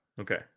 Okay